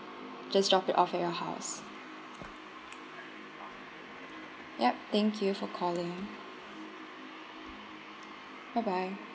just drop it off at your house yup thank you for calling bye bye